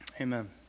Amen